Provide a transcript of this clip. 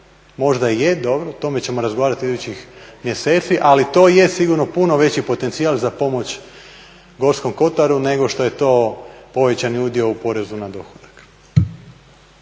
možda i je, dobro o tome ćemo razgovarati idućih mjeseci, ali to je sigurno puno veći potencijal za pomoć Gorskom kotaru nego što je to povećani udio u porezu na dohodak.